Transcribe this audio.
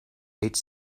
ate